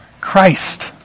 Christ